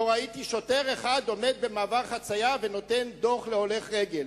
לא ראיתי שוטר אחד עומד במעבר חצייה ונותן דוח להולך רגל.